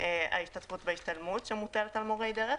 ההשתתפות בהשתלמות שמוטלת על מורי דרך.